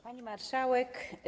Pani Marszałek!